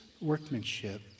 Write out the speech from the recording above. workmanship